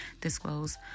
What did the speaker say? disclose